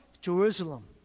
Jerusalem